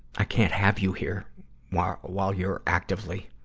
i can't have you here while while you're actively,